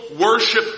worship